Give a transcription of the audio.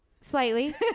Slightly